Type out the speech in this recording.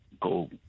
go